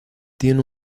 tiene